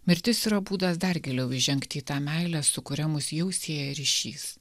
mirtis yra būdas dar giliau įžengti į tą meilę su kuria mus jau sieja ryšys